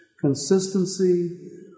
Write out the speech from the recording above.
Consistency